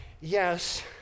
Yes